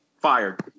fired